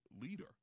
leader